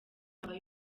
aba